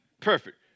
Perfect